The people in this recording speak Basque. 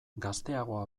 gazteagoa